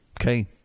Okay